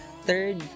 Third